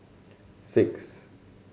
six